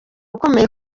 ukomeye